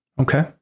Okay